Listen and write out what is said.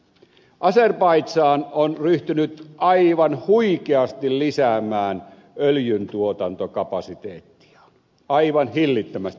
azerbaidzhan on ryhtynyt aivan huikeasti lisäämään öljyntuotantokapasiteettiaan aivan hillittömästi